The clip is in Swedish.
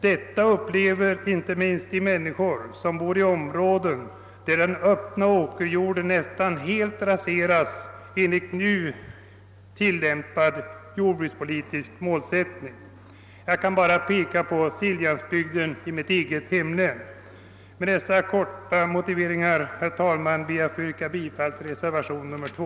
Detta upplever inte minst de människor som bor i områden där den öppna åkerjorden nästan helt skall försvinna enligt nu tilllämpad jordbrukspolitisk målsättning. Som exempel kan jag peka på Siljansbygden i mitt eget hemlän. Med dessa korta motiveringar ber jag, herr talman, att få yrka bifall till reservationen 2.